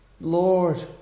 Lord